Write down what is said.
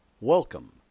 Welcome